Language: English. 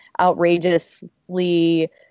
outrageously